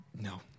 No